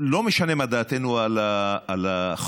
משנה מה דעתנו על החוק,